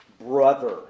brother